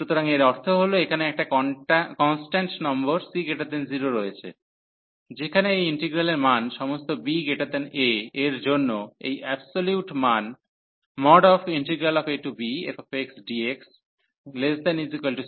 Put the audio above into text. সুতরাং এর অর্থ হল এখানে একটা কন্সট্যান্ট নম্বর C0 রয়েছে যেখানে এই ইন্টিগ্রালের মান সমস্ত ba এর জন্য এই অ্যাবসোলিউট মান abfxdx≤C